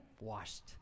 washed